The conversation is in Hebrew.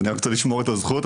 אז אני רוצה לשמור את הזכויות.